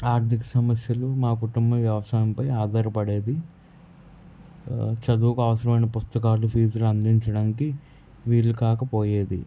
ఆర్థిక సమస్యలు మా కుటుంబ వ్యవసాయంపై ఆధారపడేది చదువుకు అవసరమైన పుస్తకాలు ఫీజులు అందించడానికి వీలుకాకపోయేది